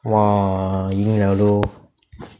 !wah! 赢 liao loh